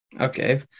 Okay